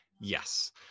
Yes